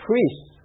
Priests